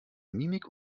mimik